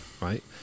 right